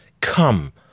Come